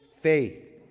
faith